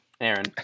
Aaron